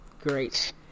Great